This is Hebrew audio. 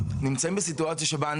נמצאים בסיטואציה שבה,